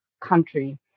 country